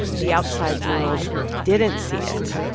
the outside world didn't see it,